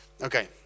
Okay